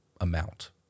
amount